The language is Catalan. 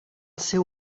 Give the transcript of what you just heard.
seu